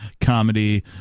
comedy